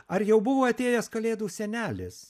ar jau buvo atėjęs kalėdų senelis